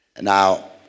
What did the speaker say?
Now